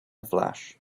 flash